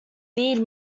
need